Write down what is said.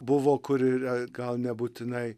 buvo kur yra gal nebūtinai